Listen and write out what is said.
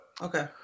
Okay